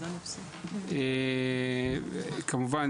כמובן,